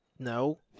No